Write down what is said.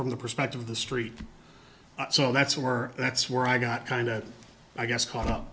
from the perspective of the street so that's where that's where i got kind of i guess caught up